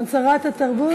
שרת התרבות הציגה בשמו.